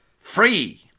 Free